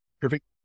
Perfect